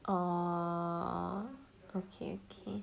err okay okay